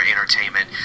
entertainment